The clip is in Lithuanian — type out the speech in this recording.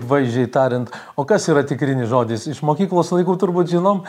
vaizdžiai tariant o kas yra tikrinis žodis iš mokyklos laikų turbūt žinom